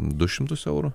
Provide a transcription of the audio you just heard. du šimtus eurų